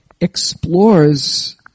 explores